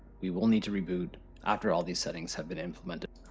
we will need to reboot after all these settings have been implemented.